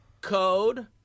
code